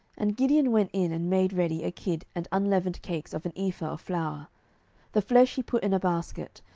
and gideon went in, and made ready a kid, and unleavened cakes of an ephah of flour the flesh he put in a basket,